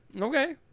Okay